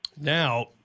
Now